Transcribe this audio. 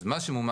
אז מה שמומש,